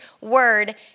word